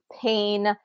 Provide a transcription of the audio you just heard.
pain